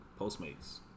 Postmates